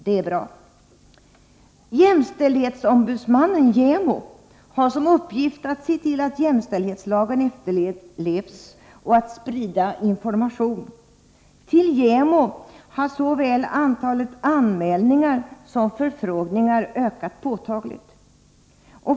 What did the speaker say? Det är bra. Jämställdhetsombudsmannen, JÄMO, har som uppgift att se till att jämställdhetslagen efterlevs och att sprida information. Till JÄMO har såväl antalet anmälningar som antalet förfrågningar ökat påtagligt.